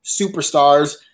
superstars